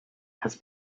has